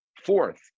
Fourth